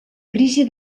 crisi